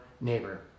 neighbor